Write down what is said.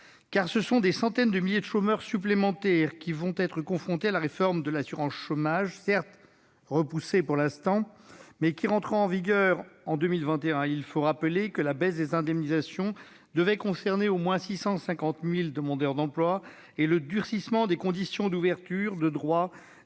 ce sont des centaines de milliers de chômeurs supplémentaires qui vont être confrontés à la réforme de l'assurance chômage, qui a certes été repoussée pour l'instant, mais qui entrera en vigueur en 2021. Il faut rappeler que la baisse des indemnisations devait concerner au moins 650 000 demandeurs d'emploi et que le durcissement des conditions d'ouverture des droits